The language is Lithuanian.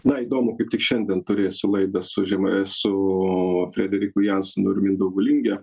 na įdomu kaip tik šiandien turėsiu laidą su žemai su frederiku jansonu ir mindaugu linge